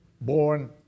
born